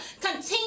continue